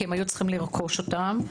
הם היו צריכים לרכוש אותם.